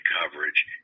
coverage